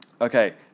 Okay